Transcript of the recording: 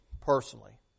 personally